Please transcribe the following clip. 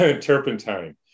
turpentine